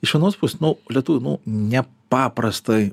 iš anos pusės nu lietuvių nu nepaprastai